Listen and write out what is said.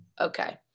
Okay